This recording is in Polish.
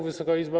Wysoka Izbo!